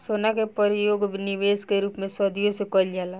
सोना के परयोग निबेश के रूप में सदियों से कईल जाला